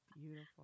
Beautiful